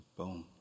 Boom